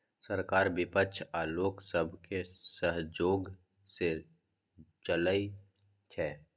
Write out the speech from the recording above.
सरकार बिपक्ष आ लोक सबके सहजोग सँ चलइ छै